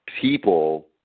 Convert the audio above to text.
people